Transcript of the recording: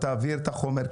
אתה תעביר את החומר.